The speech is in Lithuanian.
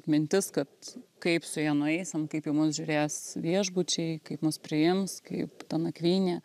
mintis kad kaip su ja nueisim kaip į mus žiūrės viešbučiai kaip mus priims kaip nakvynė